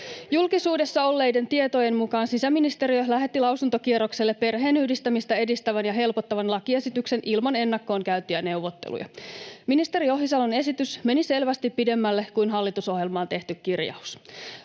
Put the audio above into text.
Julkisuudessa olleiden tietojen mukaan sisäministeriö lähetti lausuntokierrokselle perheenyhdistämistä edistävän ja helpottavan lakiesityksen ilman ennakkoon käytyjä neuvotteluja. Ministeri Ohisalon esitys meni selvästi pidemmälle kuin hallitusohjelmaan tehty kirjaus.